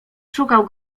szukał